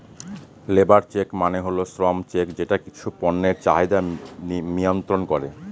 labour check মানে হল শ্রম চেক যেটা কিছু পণ্যের চাহিদা মিয়ন্ত্রন করে